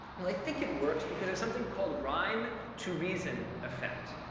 well, i think it works because of something called rhyme to reason effect,